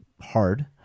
hard